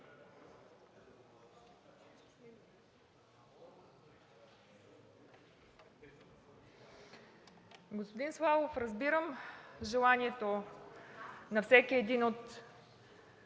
Господин Славов, разбирам желанието на всеки един от